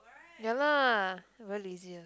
ya lah I very lazy ah